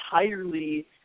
entirely